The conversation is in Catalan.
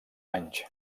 anys